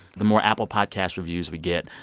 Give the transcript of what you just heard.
the more apple podcast reviews we get,